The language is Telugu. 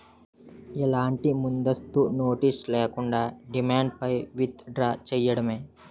ఎలాంటి ముందస్తు నోటీస్ లేకుండా, డిమాండ్ పై విత్ డ్రా చేయడమే